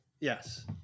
yes